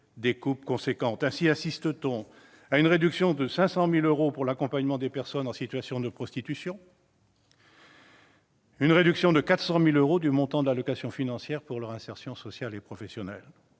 des coupes importantes. Ainsi assiste-t-on à une réduction de 500 000 euros pour l'accompagnement des personnes en situation de prostitution, et à une réduction de 400 000 euros du montant de l'allocation financière pour leur insertion sociale et professionnelle,